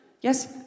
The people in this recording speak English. Yes